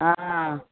हँ